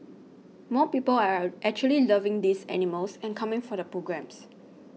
more people are a actually loving these animals and coming for the programmes